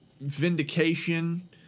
Vindication